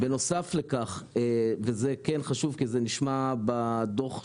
בנוסף לכך, וזה חשוב כי זה נשמע בדוח ה-ממ"מ,